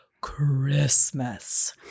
Christmas